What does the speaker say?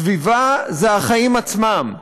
סביבה זה החיים עצמם.